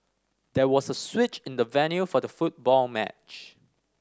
there was a switch in the venue for the football match